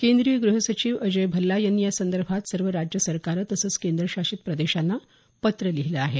केंद्रीय ग्रहसचिव अजय भल्ला यांनी यासंदर्भात सर्व राज्य सरकारं तसंच केंद्रशासित प्रदेशांना पत्र लिहिलं आहे